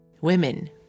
Women